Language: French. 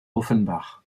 offenbach